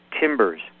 timbers